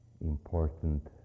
important